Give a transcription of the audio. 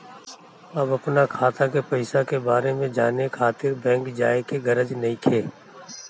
अब अपना खाता के पईसा के बारे में जाने खातिर बैंक जाए के गरज नइखे